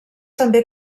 també